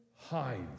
hides